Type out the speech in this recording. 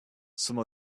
some